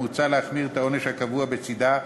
מוצע להחמיר את העונש הקבוע בצדה,